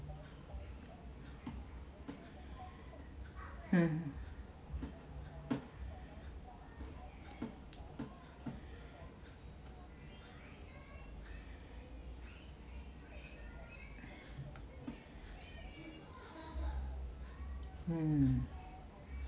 hmm mm